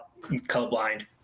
colorblind